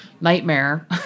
nightmare